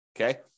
Okay